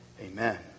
Amen